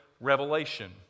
revelation